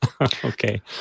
Okay